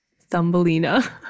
Thumbelina